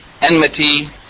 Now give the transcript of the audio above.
enmity